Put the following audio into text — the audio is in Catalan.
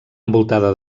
envoltada